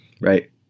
Right